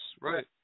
right